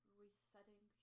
resetting